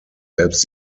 selbst